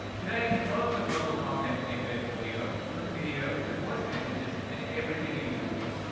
today, loads of mobile content embeds audio, from video to voice messages and everything in between.